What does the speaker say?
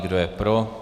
Kdo je pro?